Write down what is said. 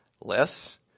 less